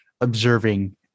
observing